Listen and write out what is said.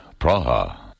Praha